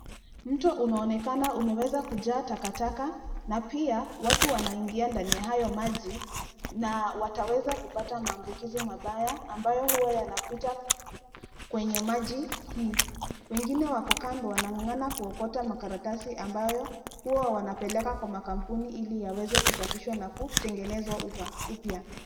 Mto unaonekana umeweza kujaa takataka na pia watu wanaingia ndani ya hayo maji na wataweza kupata maambukizi mabaya ambayo huwa yanapita kwenye maji hii. Wengine wako kando wanang'ang'ana kuokota makaratasi ambayo huwa wanapeleka kwa makampuni ili yaweze kusafishwa na kutegenezwa upya.